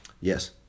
Yes